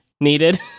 needed